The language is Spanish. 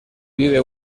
vive